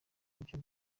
buryo